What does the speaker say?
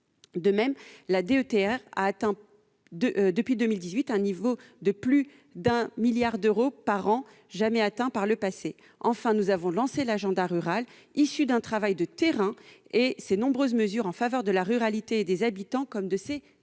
ruraux, la DETR, a atteint depuis 2018 un niveau de plus de 1 milliard d'euros par an, soit un seuil jamais atteint par le passé. Enfin, nous avons lancé l'agenda rural, issu d'un travail de terrain, et ses nombreuses mesures en faveur de la ruralité et des habitants comme de ses élus.